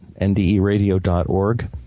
nderadio.org